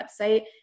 website